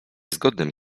zgodnym